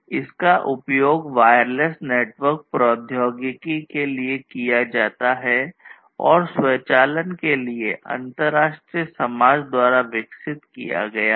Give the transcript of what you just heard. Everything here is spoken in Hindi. इसका उपयोग वायरलेस नेटवर्क प्रौद्योगिकी द्वारा विकसित किया गया था